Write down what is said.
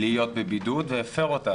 להיות בבידוד והפר אותה.